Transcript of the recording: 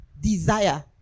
desire